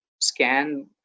scan